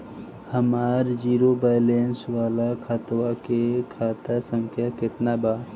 हमार zero balance वाला खतवा के खाता संख्या केतना बा?